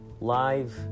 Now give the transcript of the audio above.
Live